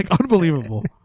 Unbelievable